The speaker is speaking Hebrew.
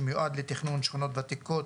שמיועד לתכנון שכונות ותיקות